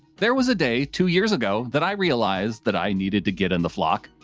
there was a day, two years ago that i realized that i needed to get in the flock.